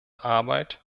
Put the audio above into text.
arbeit